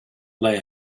lay